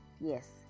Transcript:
Yes